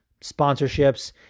Sponsorships